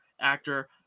actor